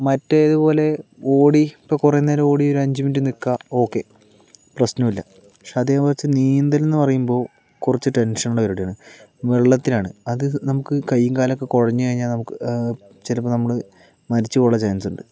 മറ്റേതു പോലെ ഓടി ഇപ്പം കുറേ നേരം ഓടി ഒരു അഞ്ചു മിനിറ്റ് നിൽക്കുക ഓക്കേ പ്രശ്നം ഇല്ല പക്ഷേ അതേ മറിച്ച് നീന്തല് എന്ന് പറയുമ്പോൾ കുറച്ചു ടെന്ഷന് ഉള്ള പരിപാടിയാണ് വെള്ളത്തിലാണ് അത് നമുക്ക് കൈയും കാലും ഒക്കെ കുഴഞ്ഞു കഴിഞ്ഞാല് നമുക്ക് ചിലപ്പോ നമ്മൾ മരിച്ചു പോകാനുള്ള ചാന്സ് ഉണ്ട്